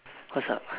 what's up